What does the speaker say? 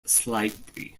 slightly